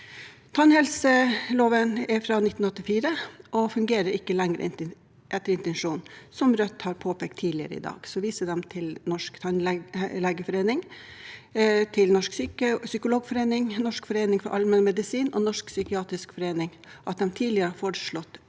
Tannhelseloven er fra 1984 og fungerer ikke lenger etter intensjonen, som Rødt har påpekt tidligere i dag. Så viser de til Den norske tannlegeforeningen, Norsk Psykologforening, Norsk forening for allmennmedisin og Norsk psykiatrisk forening, som tidligere har foreslått endringer